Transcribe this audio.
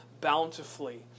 bountifully